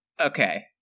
Okay